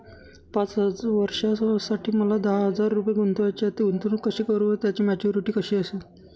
पाच वर्षांसाठी मला दहा हजार रुपये गुंतवायचे आहेत, गुंतवणूक कशी करु व त्याची मॅच्युरिटी कशी असेल?